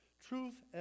Truth